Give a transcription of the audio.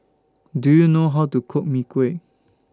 Do YOU know How to Cook Mee Kuah